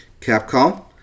Capcom